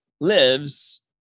lives